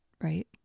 right